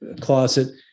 closet